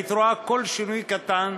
היית רואה כל שינוי קטן.